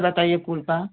बताइए कुर्ता